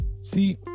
See